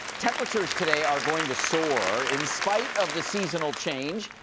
temperatures today are going to soar. in spite of the seasonal change,